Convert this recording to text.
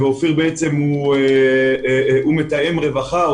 ואופיר בעצם הוא מתאם רווחה,